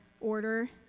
order